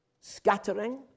scattering